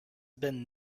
been